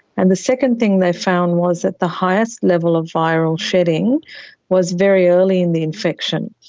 and the second thing they found was that the highest level of viral shedding was very early in the infection.